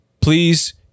Please